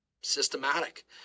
systematic